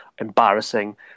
embarrassing